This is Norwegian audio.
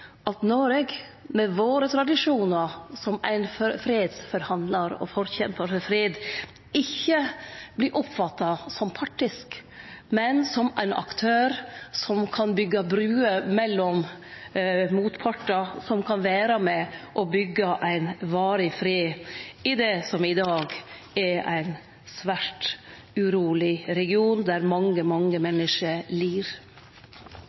at Noreg, med sine tradisjonar som ein fredsforhandlar og forkjempar for fred, ikkje vert oppfatta som partisk, men som ein aktør som kan byggje bruer mellom motpartar som kan vere med og byggje ein varig fred i det som i dag er ein svært uroleg region, der mange, mange